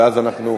ואז אנחנו,